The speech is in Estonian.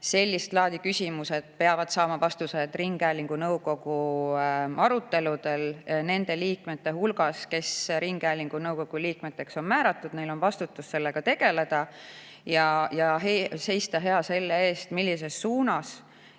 sellist laadi küsimused peavad saama vastuse ringhäälingu nõukogu aruteludel nende hulgas, kes ringhäälingu nõukogu liikmeteks on määratud. Neil on vastutus sellega tegeleda ja seista hea selle eest, millises suunas